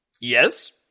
Yes